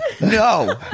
no